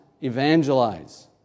evangelize